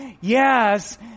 yes